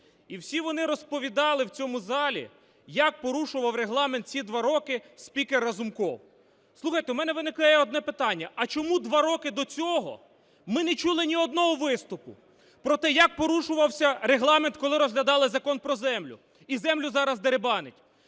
і всі вони розповідали в цьому залі, як порушував Регламент ці два роки спікер Разумков. Слухайте, у мене виникає одне питання, а чому два роки до цього ми не чули ні одного виступу про те, як порушувався Регламент, коли розглядали Закон про землю і землю зараз дерибанять?